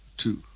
two